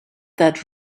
that